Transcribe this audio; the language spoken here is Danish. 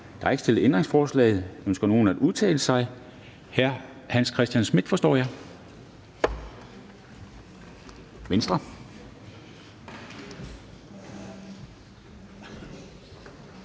Der er ikke stillet ændringsforslag. Ønsker nogen at udtale sig? Hr. Hans Christian Schmidt, Venstre.